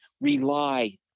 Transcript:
rely